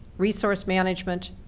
resource management,